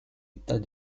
état